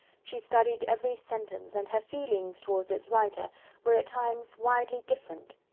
she studied every sentence and her feelings towards its writer were at times widely different.